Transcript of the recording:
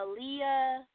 Aaliyah